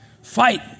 fight